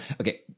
Okay